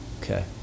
Okay